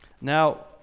Now